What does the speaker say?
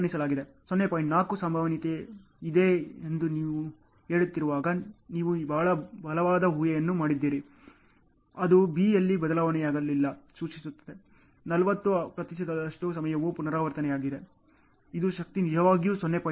4 ಸಂಭವನೀಯತೆ ಇದೆ ಎಂದು ನಾನು ಹೇಳುತ್ತಿರುವಾಗ ನೀವು ಬಹಳ ಬಲವಾದ ಊಹೆಯನ್ನು ಮಾಡಿದ್ದೀರಿ ಅದು B ಯಲ್ಲಿ ಬದಲಾವಣೆಯಾದಾಗಲೆಲ್ಲಾ ಸೂಚಿಸುತ್ತದೆ 40 ಪ್ರತಿಶತದಷ್ಟು ಸಮಯವು ಪುನರಾವರ್ತನೆಯಾಗುತ್ತದೆ ಇದು ಶಕ್ತಿ ನಿಜವಾಗಿಯೂ 0